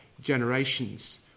generations